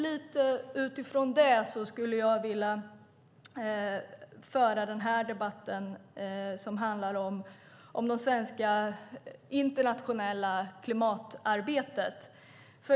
Lite utifrån det skulle jag vilja föra den här debatten, som handlar om det svenska internationella klimatarbetet.